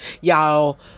y'all